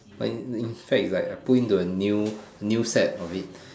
when when in fact right I put into the new the new set of it